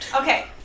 Okay